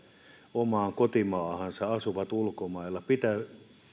omaan kotimaahansa vaikka asuvat ulkomailla pitävät